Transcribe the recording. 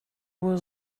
was